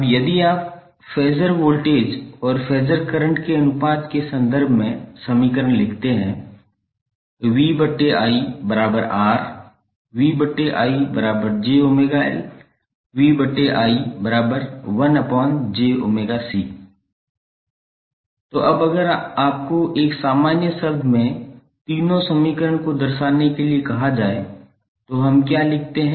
अब यदि आप फ़ैसर वोल्टेज और फ़ैसर करंट के अनुपात के संदर्भ में समीकरण लिखते हैं 𝑽𝑰𝑅 𝑽𝑰𝑗𝜔𝐿 𝑽𝑰1𝑗𝜔𝐶 तो अब अगर आपको एक सामान्य शब्द में तीनों समीकरण को दर्शाने के लिए कहा जाए तो हम क्या लिखते हैं